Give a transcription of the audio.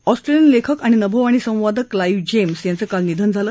Australian लेखक आणि नभोवाणी संवादक क्लाईव्ह जेम्स यांचं काल निधन झालं